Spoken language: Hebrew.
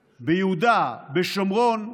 ביהודה, בשומרון,